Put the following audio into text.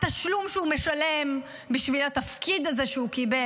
התשלום שהוא משלם בשביל התפקיד הזה שהוא קיבל,